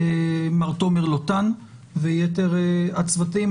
מר תומר לוטן, ויתר הצוותים.